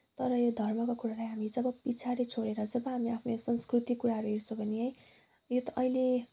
तर यो धर्मको कुरालाई हामी जब पछाडि छोडेर जब हामी आफ्नो संस्कृतिको कुराहरू हेर्छौँ भने है यो त अहिले